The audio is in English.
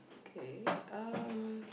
okay um